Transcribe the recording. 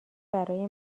برای